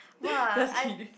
just kidding